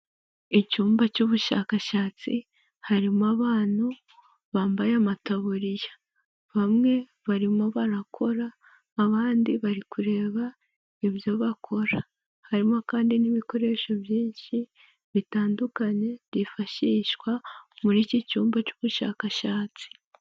Icyumba cy'ubushakashatsi harimo abantu bambaye amataburiya. Bamwe barimo barakora abandi bari kureba ibyo bakora. Harimo kandi n'ibikoresho byinshi bitandukanye byifashishwa muri iki cyumba cy'ubushakashatsi.